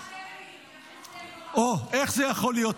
במיוחד אלה --- אוה, איך זה יכול להיות?